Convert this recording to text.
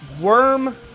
Worm